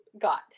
got